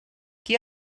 qui